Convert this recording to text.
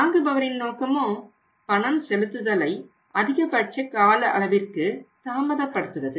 வாங்குபவரின் நோக்கமோ பணம் செலுத்துதலை அதிகபட்ச கால அளவிற்கு தாமதப்படுத்துவது